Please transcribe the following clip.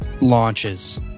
launches